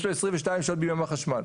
יש לו 22 שעות ביממה חשמל.